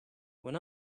when